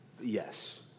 Yes